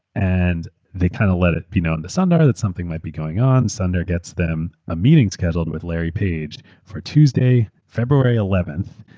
and they kind of let it be known to sundar that something might be going on. sundar gets them a meeting scheduled with larry page for tuesday, february eleventh,